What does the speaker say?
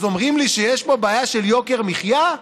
אז אומרים לי שיש פה בעיה של יוקר מחיה?